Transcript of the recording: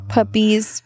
Puppies